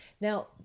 Now